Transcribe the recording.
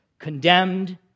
condemned